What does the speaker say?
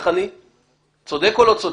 אני צודק או לא צודק?